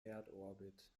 erdorbit